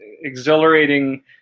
exhilarating